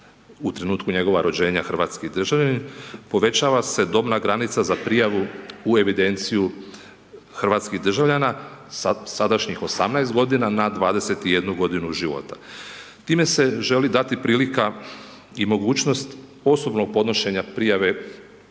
u trenutku njegova rođenja hrvatski državljanin, povećava se dobna granica za prijavu u evidenciju hrvatskih državljana, sa sadašnjih 18 godina na 21 godinu života. Time se želi dati prilika i mogućnost osobnog podnošenja prijave upisa u knjigu državljana